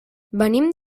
venim